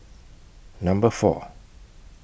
Number four